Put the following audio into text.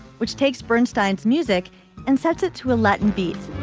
which takes bernstein's music and sets it to a latin beat